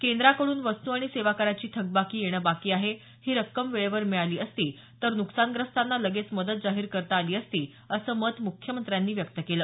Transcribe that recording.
केंद्राकडून वस्तू आणि सेवा कराची थकबाकी येणं बाकी आहे ही रक्कम वेळेवर मिळाली असती तर नुकसानग्रस्तांना लगेच मदत जाहीर करता आली असती असं मत मुख्यमंत्र्यांनी व्यक्त केल